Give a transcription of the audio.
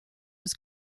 was